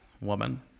woman